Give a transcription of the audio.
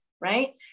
right